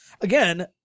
again